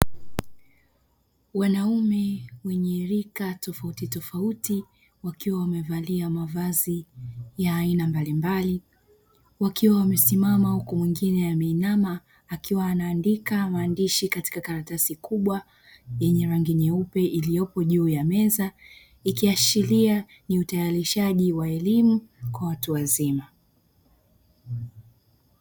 Wanaume wenye rika tofautitofauti wakiwa wamevalia mavazi ya aina mbalimbali, wakiwa wamesimama huku mwingine ameinama akiwa anaandika maandishi katika karatasi kubwa yenye rangi nyeupe; iliyoko juu ya meza, ikiashiria ni utayarishaji wa elimu kwa watu wazima.